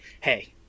Hey